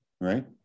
right